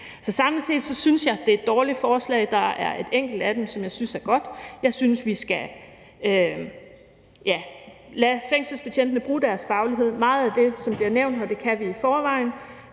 Så samlet set synes jeg, det er dårligt forslag. Der er en enkelt ting, som jeg synes er god. Jeg synes, vi skal lade fængselsbetjentene bruge deres faglighed. Meget af det, som bliver nævnt, kan vi i forvejen,